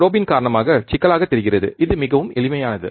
ப்ரோபின் காரணமாக சிக்கலாக தெரிகிறது இது மிகவும் எளிமையானது